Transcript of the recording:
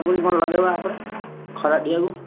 ଆଉ କ'ଣ ସବୁ ଲଗାଇବା ଆ ପରେ ଖରାଦିନକୁ